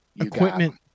Equipment